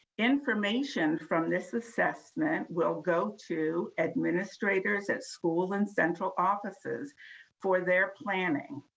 information from this assessment will go to administrators at school and central offices for their planning.